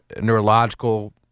neurological